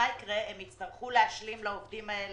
מה שיקרה הוא שהם יצטרכו להשלים לעובדים האלה,